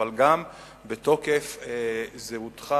אבל גם בתוקף זהותך